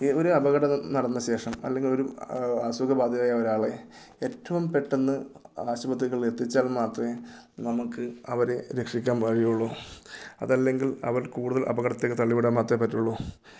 ഈ ഒരു അപകടം നടന്ന ശേഷം അല്ലെങ്കിൽ ഒരു അസുഖ ബാധിതയായ ഒരാളെ ഏറ്റവും പെട്ടെന്ന് ആശുപത്രികളിൽ എത്തിച്ചാൽ മാത്രമേ നമുക്ക് അവരെ രക്ഷിക്കാൻ കഴിയുകയുള്ളു അതല്ല എങ്കിൽ അവർ കൂടുതൽ അപകടത്തിലേക്ക് തള്ളി വിടാൻ മാത്രമേ പറ്റുകയുള്ളൂ